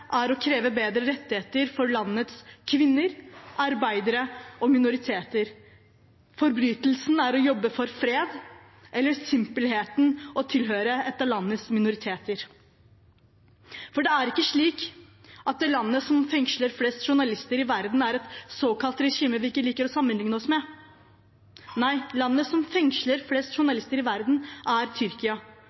er å kreve bedre rettigheter for landets kvinner, arbeidere og minoriteter. Forbrytelsen er å jobbe for fred eller simpelthen å tilhøre en av landets minoriteter. For det er ikke slik at landet som fengsler flest journalister i verden, er et regime vi ikke liker å sammenligne oss med – nei, landet som fengsler flest journalister i verden, er Tyrkia,